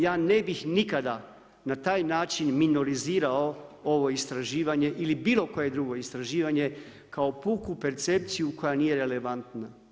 Ja ne bih nikada na taj način minorizirao ovo istraživanje ili bilo koje drugo istraživanje kao puku percepciju koja nije relevantna.